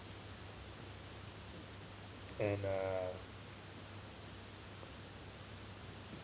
and uh